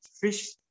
fish